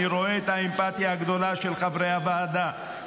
אני רואה את האמפתיה הגדולה של חברי הוועדה,